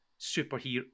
superhero